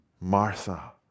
Martha